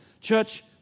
Church